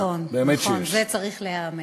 נכון, זה צריך להיאמר.